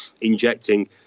injecting